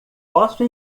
posso